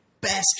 best